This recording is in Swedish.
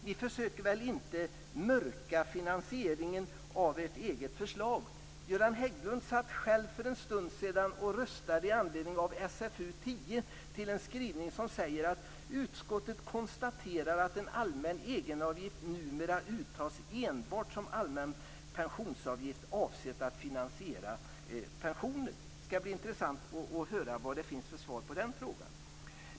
Ni försöker väl inte mörka finansieringen av ert eget förslag? Göran Hägglund satt själv för en stund sedan och röstade med anledning av SfU10 på en skrivning som säger: Utskottet konstaterar att en allmän egenavgift numera uttas enbart som allmän pensionsavgift avsedd att finansiera pensioner. Det skall bli intressant att höra vad det finns för svar på den frågan.